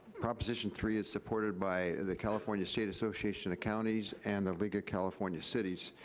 proposition three is supported by the california state association of counties and league of california cities,